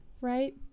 right